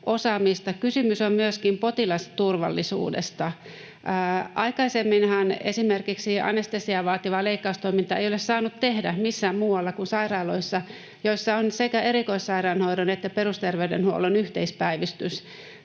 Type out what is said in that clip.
osaamista. Kysymys on myöskin potilasturvallisuudesta: Aikaisemminhan esimerkiksi anestesiaa vaativaa leikkaustoimintaa ei ole saanut tehdä missään muualla kuin sairaaloissa, joissa on sekä erikoissairaanhoidon että perusterveydenhuollon yhteispäivystys.